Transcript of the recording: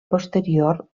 posterior